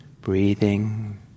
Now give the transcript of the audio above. breathing